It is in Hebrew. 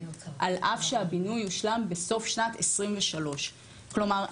על אף שהבינוי יושלם בסוף שנת 2023. כלומר,